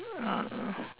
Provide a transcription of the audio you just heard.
a'ah